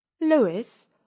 Louis